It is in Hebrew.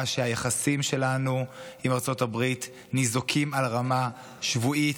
שהיחסים שלנו עם ארצות הברית ניזוקים ברמה שבועית,